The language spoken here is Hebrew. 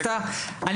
אני